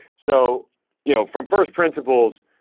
so you know from first principles,